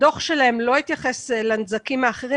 הדוח שלהם לא התייחס לנזקים האחרים.